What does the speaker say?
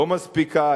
לא מספיקה,